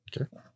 Okay